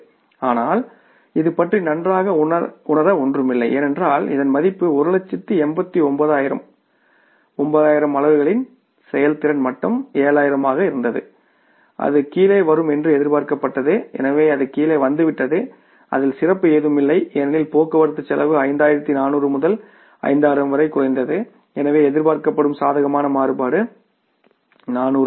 ஆனால் இது பற்றி நன்றாக உணர ஒன்றுமில்லை ஏனென்றால் இதன் மதிப்பு 189000 9000 அலகுகளின் செயல்திறன் மட்டம் 7000 ஆக இருந்தது அது கீழே வரும் என்று எதிர்பார்க்கப்பட்டது எனவே அது கீழே வந்துவிட்டது அதில் சிறப்பு எதுவும் இல்லை ஏனெனில் போக்குவரத்துக்கு செலவு 5400 முதல் 5000 வரை குறைந்துஎனவே எதிர்பார்க்கப்படும் சாதகமான மாறுபாடு 400 ஆகும்